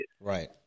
Right